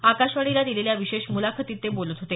आकाशवाणीला दिलेल्या विशेष मुलाखतीत ते बोलत होते